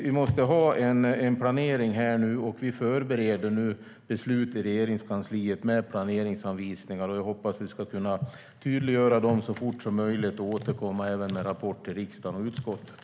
Vi måste ha en planering, vi förbereder nu i Regeringskansliet beslut med planeringsanvisningar, och jag hoppas att vi ska kunna tydliggöra dem så fort som möjligt och återkomma med rapport till riksdagen och utskottet.